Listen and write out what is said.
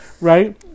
right